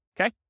okay